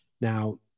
now